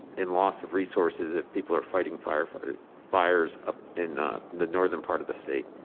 in loss of resources, if people are fighting fires fighting fires up in the northern part of the state?